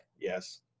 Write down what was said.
yes